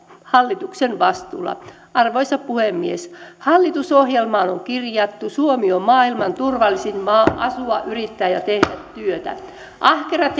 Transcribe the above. hallituksen vastuulla arvoisa puhemies hallitusohjelmaan on kirjattu että suomi on maailman turvallisin maa asua yrittää ja tehdä työtä ahkerat